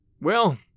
Well